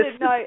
no